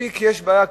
מספיק שיש בעיה,